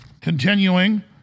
Continuing